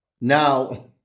now